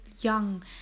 young